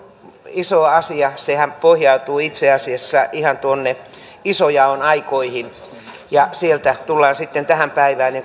iso asia sehän pohjautuu itse asiassa ihan tuonne isojaon aikoihin ja sieltä tullaan sitten tähän päivään ja